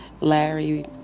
Larry